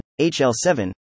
HL7